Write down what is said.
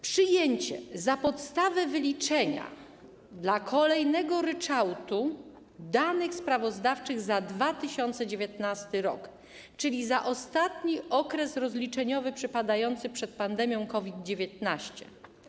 Przyjęcie za podstawę wyliczenia dla kolejnego ryczałtu danych sprawozdawczych za 2019 r., czyli za ostatni okres rozliczeniowy przypadający przed pandemią COVID-19.